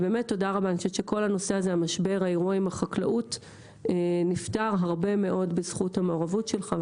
אני חושב שכל האירוע עם החקלאות נפתר הרבה מאוד בזכות המעורבות שלך.